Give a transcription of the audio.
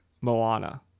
Moana